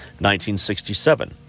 1967